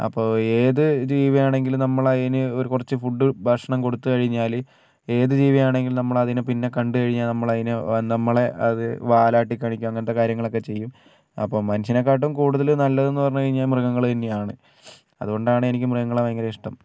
അപ്പോൾ ഏത് ജീവിയാണെങ്കിലും നമ്മൾ അതിന് ഒരു കുറച്ച് ഫുഡ് ഭക്ഷണം കൊടുത്ത് കഴിഞ്ഞാൽ ഏത് ജീവിയാണെങ്കിലും നമ്മൾ അതിനെ പിന്നെ കണ്ട് കഴിഞ്ഞാൽ നമ്മൾ അതിനെ നമ്മളെ അത് വാലാട്ടി കാണിക്കും അങ്ങനത്തെ കാര്യങ്ങൾ ഒക്കെ ചെയ്യും അപ്പോൾ മനുഷ്യനെ കാട്ടിലും കൂടുതൽ നല്ലത് എന്ന് പറഞ്ഞു കഴിഞ്ഞാൽ മൃഗങ്ങൾ തന്നെയാണ് അതുകൊണ്ടാണ് എനിക്ക് മൃഗങ്ങളെ ഭയങ്കര ഇഷ്ടം